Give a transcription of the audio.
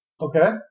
Okay